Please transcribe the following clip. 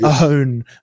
own